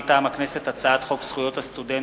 מטעם הכנסת: הצעת חוק זכויות הסטודנט